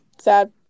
Sad